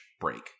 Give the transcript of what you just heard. break